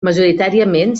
majoritàriament